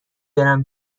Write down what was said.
برم